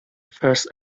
first